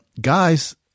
guys